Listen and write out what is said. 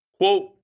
Quote